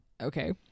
Okay